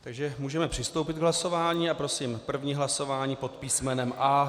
Takže můžeme přistoupit k hlasování a prosím první hlasování pod písmenem A.